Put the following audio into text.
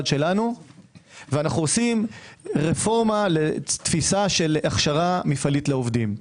שלנו ואנו עושים רפורמה לתפיסה של הכשרה מפעלית לעובדים.